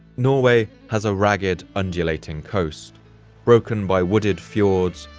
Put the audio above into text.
norway has a ragged, undulating coast broken by wooded fjords,